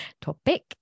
Topic